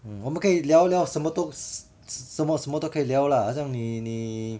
嗯我们可以聊聊什么都什么什么都可以聊啦好像你你